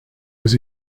was